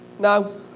No